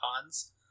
cons